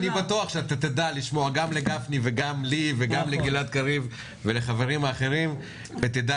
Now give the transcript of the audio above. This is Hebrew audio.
אני בטוח שתדע לשמוע גם לגפני וגם לי וגם לגלעד קריב ולחברים האחרים ותדע